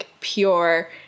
pure